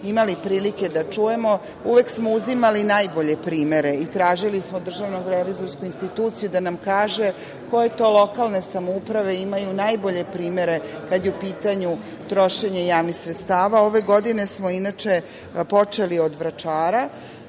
imali prilike da čujemo, uvek smo uzimali najbolje primere i tražili smo od DRI da nam kaže koje to lokalne samouprave imaju najbolje primere kada je u pitanju trošenje javnih sredstava. Ove godine smo, inače, počeli od Vračara.